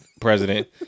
president